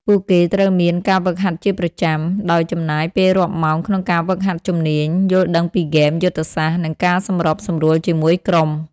ពួកគេត្រូវមាន ការហ្វឹកហាត់ជាប្រចាំ ដោយចំណាយពេលរាប់ម៉ោងក្នុងការហ្វឹកហាត់ជំនាញ យល់ដឹងពីហ្គេម យុទ្ធសាស្ត្រ និងការសម្របសម្រួលជាមួយក្រុម។